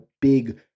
big